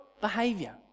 behavior